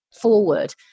forward